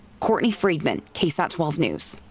courtney friedman ksat twelve news.